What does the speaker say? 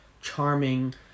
charming